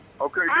Okay